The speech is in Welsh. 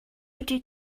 ydy